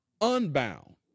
unbound